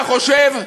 אתה חושב?